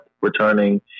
returning